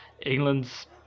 England's